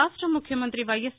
రాష్ట్ర ముఖ్యమంతి వైఎస్